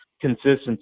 consistency